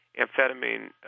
Amphetamine